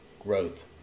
growth